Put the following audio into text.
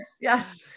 yes